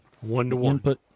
One-to-one